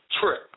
trip